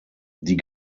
die